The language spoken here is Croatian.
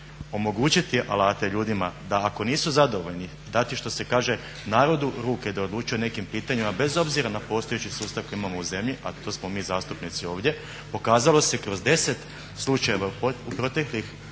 omogućiti alate ljudima da ako nisu zadovoljni dati što se kaže dati narodu u ruke da odlučuje o nekim pitanjima bez obzira na postojeći sustav koji imamo u zemlji, a to smo mi zastupnici ovdje, pokazalo se kroz 10 slučajeva u proteklih